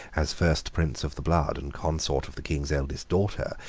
as first prince of the blood and consort of the king's eldest daughter,